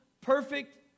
perfect